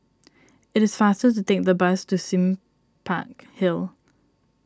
it is faster to take the bus to Sime Park Hill